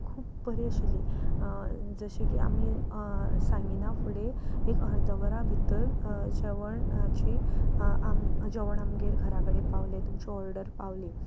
खूब बरी आशिल्ली जशें की आमी सांगिना फुडें एक अर्द वरा भितर जेवणाची जेवण आमगेर घरा कडेन पावलें तुमची ऑर्डर पावली